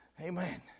Amen